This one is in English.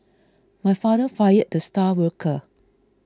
my father fired the star worker